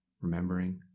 remembering